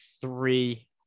three